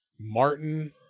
Martin